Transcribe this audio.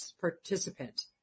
participant